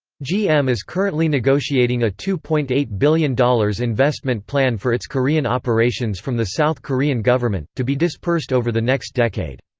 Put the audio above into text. gm is currently negotiating a two point eight billion dollars investment plan for its korean operations from the south korean government, to be dispersed over the next decade.